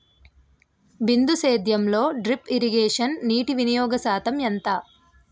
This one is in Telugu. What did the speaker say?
బిందు సేద్యంలో డ్రిప్ ఇరగేషన్ నీటివినియోగ శాతం ఎంత?